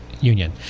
union